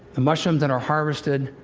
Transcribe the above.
the mushrooms then are harvested,